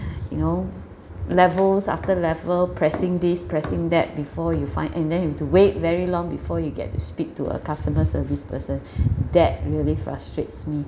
you know levels after level pressing this pressing that before you find and then have to wait very long before you get to speak to a customer service person that really frustrates me